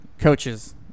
coaches